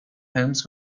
homes